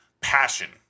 passion